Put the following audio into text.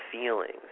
feelings